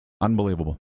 Unbelievable